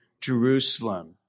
Jerusalem